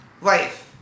life